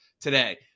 today